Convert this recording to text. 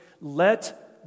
Let